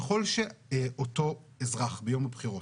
ככל שאותו אזרח ביום הבחירות,